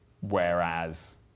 Whereas